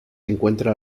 encuentra